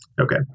Okay